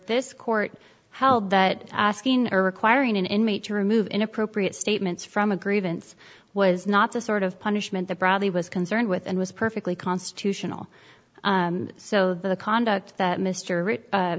this court held that asking her requiring an inmate to remove inappropriate statements from a grievance was not the sort of punishment that bradley was concerned with and was perfectly constitutional so the conduct that mr